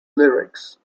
lyrics